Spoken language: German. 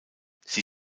sie